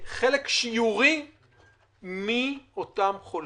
חלק שיורי מאותם חולים.